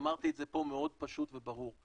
אמרתי את זה פה מאוד פשוט וברור,